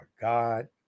God